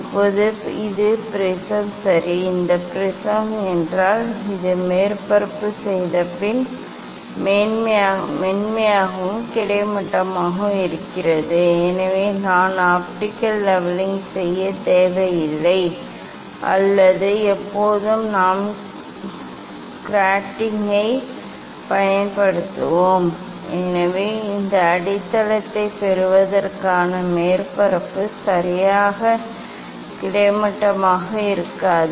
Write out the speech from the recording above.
இப்போது இது முப்படை கண்ணாடி சரி இந்த முப்படை கண்ணாடி என்றால் இந்த மேற்பரப்பு செய்தபின் மென்மையாகவும் கிடைமட்டமாகவும் இருக்கிறது எனவே நான் ஆப்டிகல் லெவலிங் செய்யத் தேவையில்லை அல்லது எப்போது நாம் கிராட்டிங்கைப் பயன்படுத்துவோம் எனவே இந்த அடித்தளத்தைப் பெறுவதற்கான மேற்பரப்பு சரியாக கிடைமட்டமாக இருக்காது